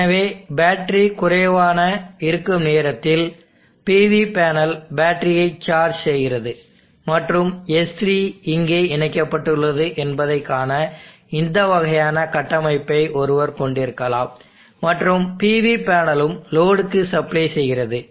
எனவே பேட்டரி குறைவாக இருக்கும் நேரத்தில் PV பேனல் பேட்டரியை சார்ஜ் செய்கிறது மற்றும் S3 இங்கே இணைக்கப்பட்டுள்ளது என்பதைக் காண இந்த வகையான கட்டமைப்பை ஒருவர் கொண்டிருக்கலாம் மற்றும் PV பேனலும் லோடுக்கு சப்ளை செய்கிறது